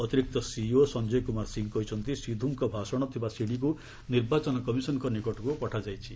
ଅତିରିକ୍ତ ସିଇଓ ସଞ୍ଜୟ କୁମାର ସିଂ କହିଛନ୍ତି ସିଧୁଙ୍କ ଭାଷଣ ଥିବା ସିଡିକୁ ନିର୍ବାଚନ କମିଶନ ପାଖକୁ ପଠାଯାଇଛି